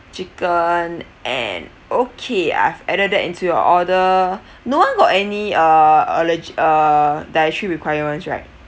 chicken and okay I've added that into your order no one got any uh allerg~ uh dietary requirements right